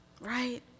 Right